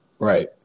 Right